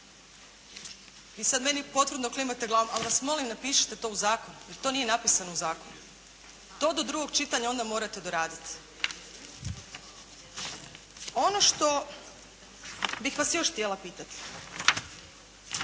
Vi sad meni potvrdno klimate glavom, al' vas molim, napišite to u zakon jer to nije napisano u zakonu. To do drugog čitanja onda morate doraditi. Ono što bih vas još htjela pitat.